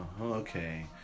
Okay